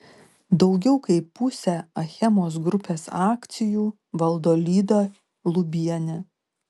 daugiau kaip pusę achemos grupės akcijų valdo lyda lubienė